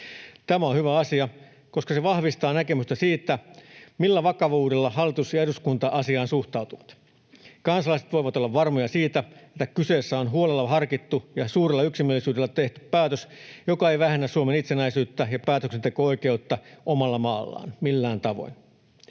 Tämä on hyvä asia, koska se vahvistaa näkemystä siitä, millä vakavuudella hallitus ja eduskunta asiaan suhtautuvat. Kansalaiset voivat olla varmoja siitä, että kyseessä on huolella harkittu ja suurella yksimielisyydellä tehty päätös, joka ei vähennä Suomen itsenäisyyttä ja päätöksenteko-oikeutta omalla maallaan millään tavoin.